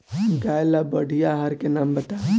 गाय ला बढ़िया आहार के नाम बताई?